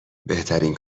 بهترین